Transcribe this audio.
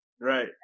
Right